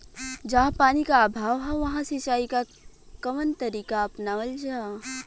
जहाँ पानी क अभाव ह वहां सिंचाई क कवन तरीका अपनावल जा?